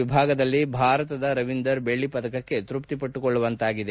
ವಿಭಾಗದಲ್ಲಿ ಭಾರತದ ರವೀಂದರ್ ಬೆಳ್ಳಿ ಪದಕಕ್ಕೆ ತ್ವಪಿಪಟ್ಟುಕೊಳ್ಳುವಂತಾಗಿದೆ